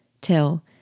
Till